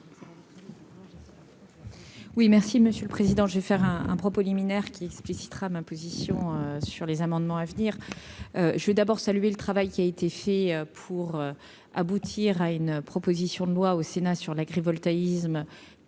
Oui, merci Monsieur le Président, je vais faire un un propos liminaire, qu'il explicitera ma position sur les amendements à venir, je veux d'abord saluer le travail qui a été fait pour aboutir à une proposition de loi au Sénat sur l'agrivoltaïsme,